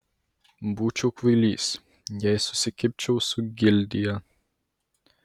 būčiau kvailys jei susikibčiau su gildija